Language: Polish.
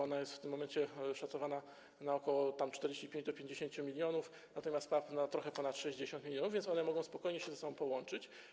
Ona jest w tym momencie szacowana na ok. 45 do 50 mln, natomiast PAP na trochę ponad 60 mln, więc one mogą spokojnie się ze sobą połączyć.